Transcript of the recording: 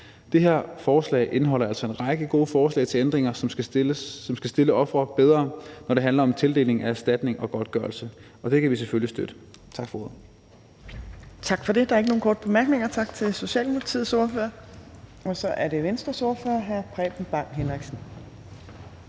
Det her forslag indeholder altså en række gode forslag til ændringer, som skal stille ofre bedre, når det handler om tildeling af erstatning og godtgørelse – og det kan vi selvfølgelig støtte. Tak for ordet.